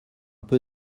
peu